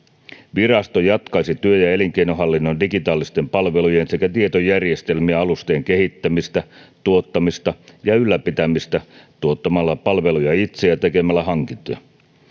virasto jatkaisi työ ja elinkeinohallinnon digitaalisten palvelujen sekä tietojärjestelmien alustojen kehittämistä tuottamista ja ylläpitämistä tuottamalla palveluja itse ja tekemällä hankintoja